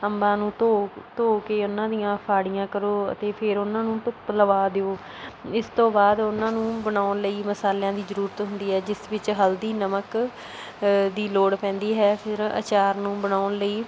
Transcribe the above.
ਅੰਬਾਂ ਨੂੰ ਧੋ ਧੋ ਕੇ ਉਨ੍ਹਾਂ ਦੀਆਂ ਫਾੜੀਆਂ ਕਰੋ ਅਤੇ ਫਿਰ ਉਨ੍ਹਾਂ ਨੂੰ ਧੁੱਪ ਲਗਾ ਦਿਓ ਇਸ ਤੋਂ ਬਾਅਦ ਉਨ੍ਹਾਂ ਨੂੰ ਬਣਾਉਣ ਲਈ ਮਸਾਲਿਆਂ ਦੀ ਜ਼ਰੂਰਤ ਹੁੰਦੀ ਹੈ ਜਿਸ ਵਿੱਚ ਹਲਦੀ ਨਮਕ ਦੀ ਲੋੜ ਪੈਂਦੀ ਹੈ ਫਿਰ ਅਚਾਰ ਨੂੰ ਬਣਾਉਣ ਲਈ